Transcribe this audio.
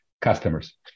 customers